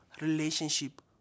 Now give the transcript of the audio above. relationship